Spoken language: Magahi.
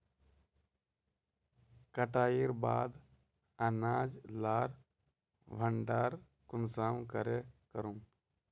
कटाईर बाद अनाज लार भण्डार कुंसम करे करूम?